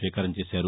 స్వీకారం చేశారు